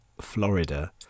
Florida